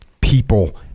people